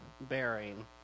bearing